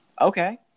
Okay